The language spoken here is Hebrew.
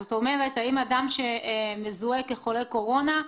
זאת אומרת, אם אדם זוהה כחולה קורונה,